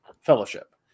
Fellowship